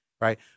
right